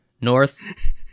North